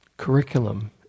Curriculum